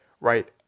Right